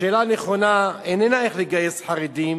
השאלה הנכונה איננה איך לגייס חרדים